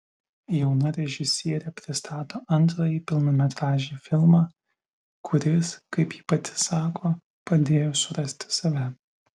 jauna režisierė pristato antrąjį pilnametražį filmą kuris kaip ji pati sako padėjo surasti save